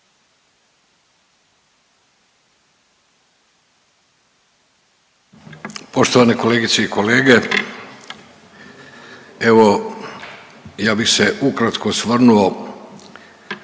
Poštovane kolegice i kolege, evo ja bih se ukratko osvrnuo